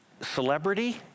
Celebrity